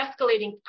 escalating